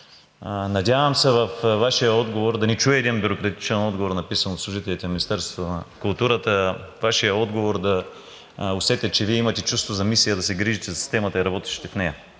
Надявам се във Вашия отговор да не чуя един отговор, написан от служителите на Министерството на културата, а във Вашият отговор да усетя, че Вие имате чувство за мисия да се грижите за системата и работещите в нея.